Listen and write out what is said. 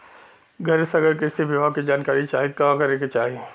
घरे से अगर कृषि विभाग के जानकारी चाहीत का करे के चाही?